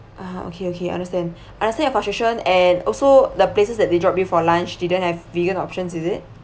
ah okay okay understand understand your frustration and also the places that they drop you for lunch didn't have vegan options is it